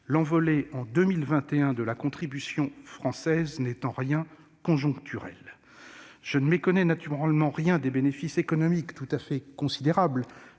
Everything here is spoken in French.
l'envolée en 2021 de la contribution française n'est en rien conjoncturelle. Je ne méconnais rien des bénéfices économiques tout à fait considérables